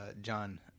john